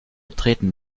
treten